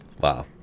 wow